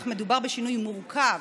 אך מדובר בשינוי מורכב